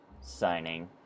signing